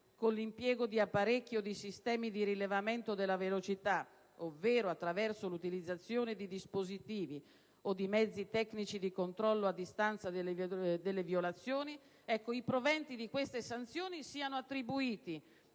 con l'impiego di apparecchi o di sistemi di rilevamento della velocità ovvero attraverso l'utilizzazione di dispositivi o di mezzi tecnici di controllo a distanza delle violazioni siano attribuiti